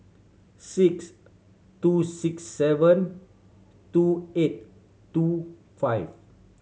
six two six seven two eight two five